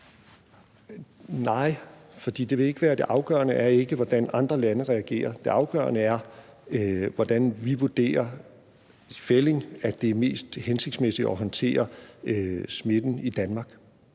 Nej, for det afgørende er ikke, hvordan andre lande reagerer. Det afgørende er, hvordan vi i fællig vurderer at det er mest hensigtsmæssigt at håndtere smitten i Danmark.